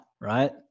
right